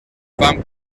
van